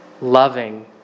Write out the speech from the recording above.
loving